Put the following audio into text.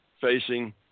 facing